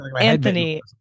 anthony